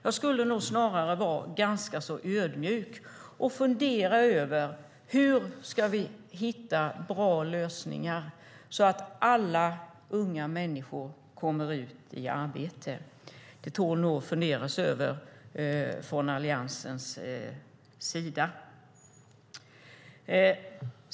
Jag skulle nog snarare vara ganska så ödmjuk och fundera över: Hur ska vi hitta bra lösningar så att alla unga människor kommer ut i arbete? Det tål nog att fundera på från Alliansens sida.